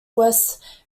wes